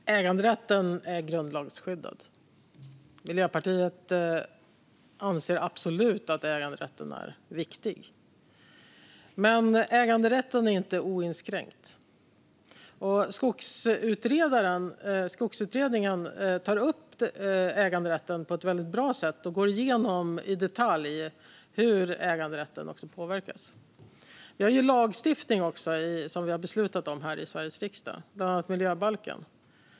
Fru talman! Äganderätten är grundlagsskyddad. Miljöpartiet anser absolut att äganderätten är viktig. Men äganderätten är inte oinskränkt. Skogsutredningen tar upp äganderätten på ett väldigt bra sätt och går igenom i detalj hur äganderätten påverkas. Vi har också lagstiftning som vi har beslutat om här i Sveriges riksdag, bland annat miljöbalken.